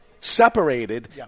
separated